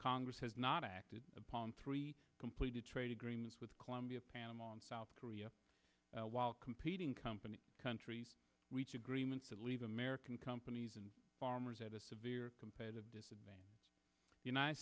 congress has not acted upon three completed trade agreements with colombia panama and south korea while competing companies countries reach agreements that leave american companies and farmers at a severe competitive disadvantage united